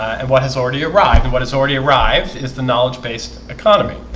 and what has already arrived and what has already arrived is the knowledge based economy?